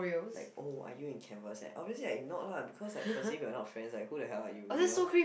like oh are you in canvas and obviously I ignored lah because like firstly we are not friends who the hell are you you know